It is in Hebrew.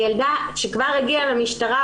הילדה שכבר הגיעה למשטרה,